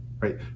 right